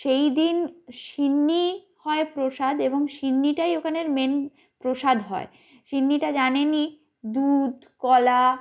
সেই দিন সিন্নি হয় প্রসাদ এবং সিন্নিটাই ওখানের মেন প্রসাদ হয় সিন্নিটা জানেনই দুধ কলা